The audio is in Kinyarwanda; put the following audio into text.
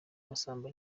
masamba